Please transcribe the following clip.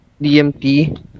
DMT